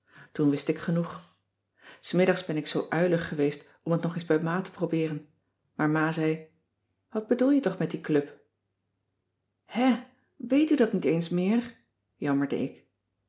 heul wist ik genoeg s middags ben ik zoo uilig geweest om het nog eens bij ma te probeeren maar ma zei wat bedoel je toch met die club hè weet u dat niet eens meer jammerde ik